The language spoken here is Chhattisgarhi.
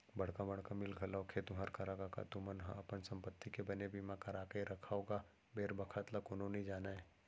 बड़का बड़का मील घलोक हे तुँहर करा कका तुमन ह अपन संपत्ति के बने बीमा करा के रखव गा बेर बखत ल कोनो नइ जानय